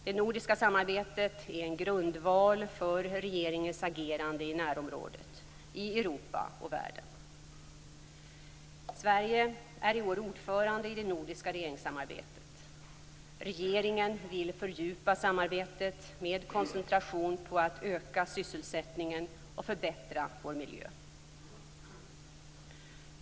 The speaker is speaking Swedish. Det nordiska samarbetet är en grundval för regeringens agerande i närområdet, i Europa och i världen. Sverige är i år ordförande i det nordiska regeringssamarbetet. Regeringen vill fördjupa samarbetet med koncentration på att öka sysselsättningen och förbättra vår miljö.